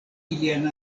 ilian